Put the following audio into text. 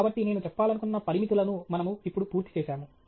కాబట్టి నేను చెప్పాలనుకున్న పరిమితులను మనము ఇప్పుడు పూర్తి చేసాము